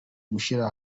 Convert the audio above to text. gushyira